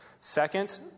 Second